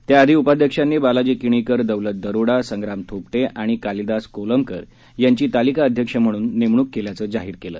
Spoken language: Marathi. त्याआधी उपाध्यक्षांनी बालाजी किणीकर दौलत दरोडा संग्राम थोपटे आणि कालिदास कोलंबकर यांची तालिका अध्यक्ष म्हणून यांची नेमणूक केल्याचं जाहीर केलं